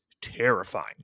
terrifying